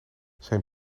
zijn